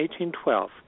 1812